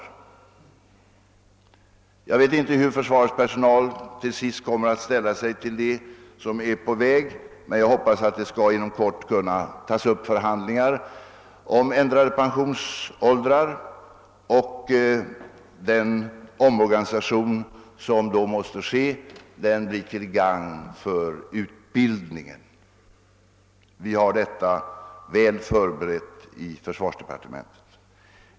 Jag vet inte hur försvarets personal slutligen kommer att ställa sig till de förslag som där är på väg, men jag hoppas att förhandlingar om ändrade pensionsåldrar skall kunna upptas inom kort och att den omorganisation som då måste genomföras blir till gagn för ulbildningen. Vi har detta väl förberett i försvarsdepartementet.